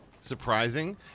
Surprising